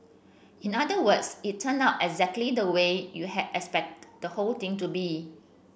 in other words it turned out exactly the way you had expect the whole thing to be